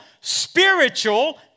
spiritual